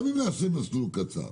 גם אם נעשה מסלול קצר.